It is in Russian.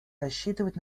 рассчитывать